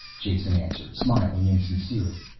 jason answered, smiling insincerely.